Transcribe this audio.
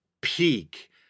peak